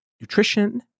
nutrition